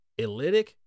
Elitic